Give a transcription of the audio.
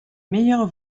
meilleures